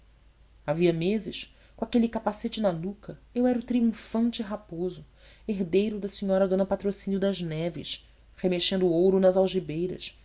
havia meses com aquele capacete na nuca eu era o triunfante raposo herdeiro da senhora d patrocínio das neves remexendo ouro nas